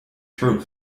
throat